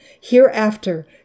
Hereafter